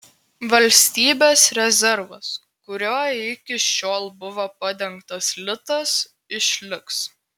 valstybės rezervas kuriuo iki šiol buvo padengtas litas išliks